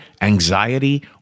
anxiety